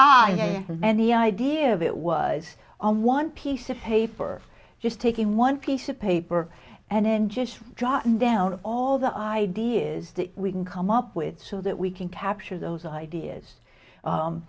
the idea of it was on one piece of paper just taking one piece of paper and then just jotting down all the ideas that we can come up with so that we can capture those ideas